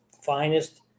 finest